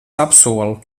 apsolu